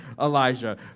elijah